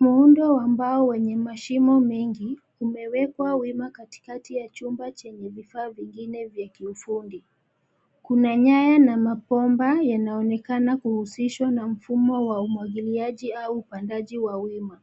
Muundo wa mbao wenye mashimo mengi, umewekwa wima katikati ya chumba chenye vifaa vingine vya kiufundi. Kuna nyaya na mabomba yanayoonekana kuhusishwa na mfumo wa umwagiliaji au upandaji wa wima.